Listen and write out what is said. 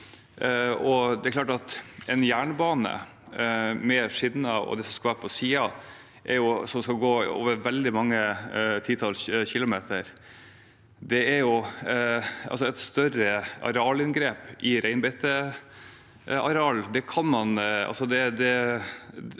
Det er klart at en jernbane, med skinner og det som skal være på siden, som skal gå over veldig mange titalls kilometer, er et større inngrep i reinbeiteareal.